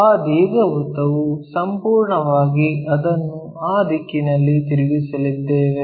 ಆ ದೀರ್ಘವೃತ್ತವು ಸಂಪೂರ್ಣವಾಗಿ ಅದನ್ನು ಆ ದಿಕ್ಕಿನಲ್ಲಿ ತಿರುಗಿಸಲಿದ್ದೇವೆ